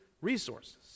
resources